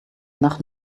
nach